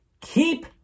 Keep